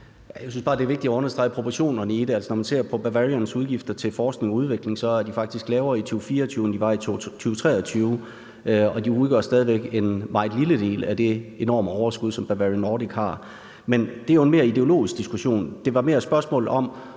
Jeg synes bare, det er vigtigt at understrege proportionerne i det. Når man ser på Bavarian Nordics udgifter til forskning og udvikling, er de faktisk lavere i 2024, end de var i 2023, og de udgør stadig en meget lille del af det enorme overskud, som Bavarian Nordic har. Men det her er jo mere en ideologisk diskussion. Det her er mere et spørgsmål om,